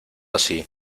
así